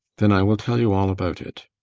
then i will tell you all about it.